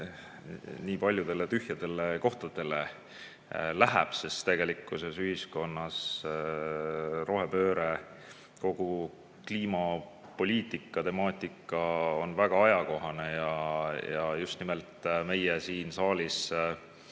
nii paljudele tühjadele kohtadele, sest tegelikult on ühiskonnas rohepööre, kogu kliimapoliitika temaatika väga ajakohane ja just nimelt meie siin saalis